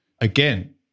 again